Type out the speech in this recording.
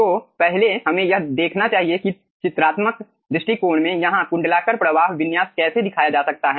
तो पहले हमें यह देखना चाहिए कि चित्रात्मक दृष्टिकोण में यहाँ कुंडलाकार प्रवाह विन्यास कैसे दिखाया जा सकता है